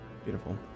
beautiful